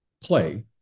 play